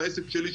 בעסק שלי,